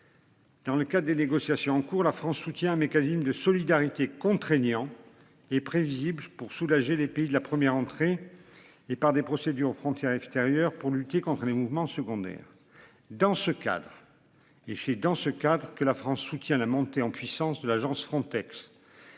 Dans le cas des négociations en cours. La France soutient mais Kazim de solidarité contraignant et prévisible pour soulager les pays de la première entrée. Et par des procédures aux frontières extérieures pour lutter contre les mouvements secondaires dans ce cadre. Et c'est dans ce cadre que la France soutient la montée en puissance de l'agence Frontex.